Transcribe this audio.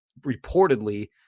reportedly